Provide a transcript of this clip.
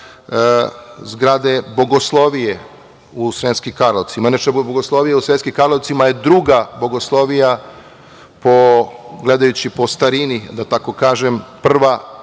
zgrade Bogoslovije u Sremskim Karlovcima. Inače, Bogoslovija u Sremskim Karlovcima je druga Bogoslovija, gledajući po starini, da tako kažem, prva